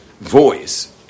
voice